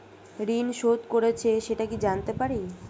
ঋণ শোধ করেছে সেটা কি জানতে পারি?